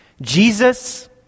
Jesus